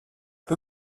peu